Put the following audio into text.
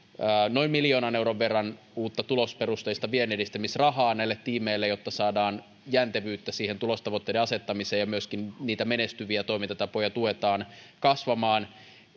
noin miljoonan euron verran uutta tulosperusteista vienninedistämisrahaa näille tiimeille jotta saadaan jäntevyyttä tulostavoitteiden asettamiseen ja myöskin niitä menestyviä toimintatapoja tuetaan kasvamaan